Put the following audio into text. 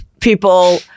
people